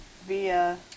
via